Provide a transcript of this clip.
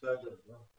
אני חייב לומר לך,